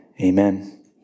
Amen